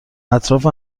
اطراف